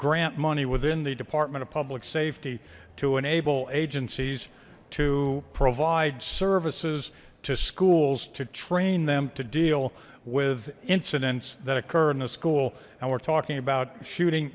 grant money within the department of public safety to enable agencies to provide services to schools to train them to deal with incidents that occur in the school and we're talking about shooting